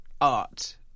art